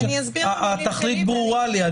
התכלית ברורה לי.